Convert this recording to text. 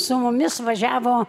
su mumis važiavo